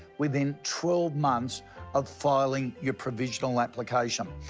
within twelve months of filing your provisional application.